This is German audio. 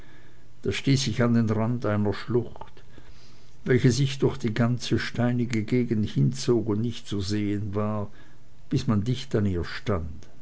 da stieß ich an den rand einer schlucht welche sich durch die ganze steinige gegend hinzog und nicht zu sehen war bis man dicht an ihr stand